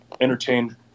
entertain